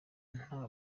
nta